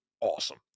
awesome